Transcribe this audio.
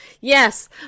Yes